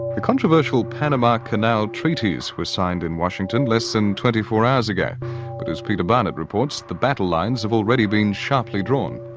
the controversial panama canal treaties were signed in washington less than twenty four hours ago but as peter barnett reports, the battlelines have already been sharply drawn.